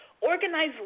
Organize